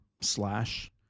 slash